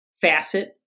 facet